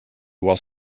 while